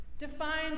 defined